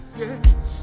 yes